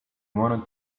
wanted